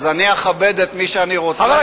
אז אני אכבד את מי שאני רוצה,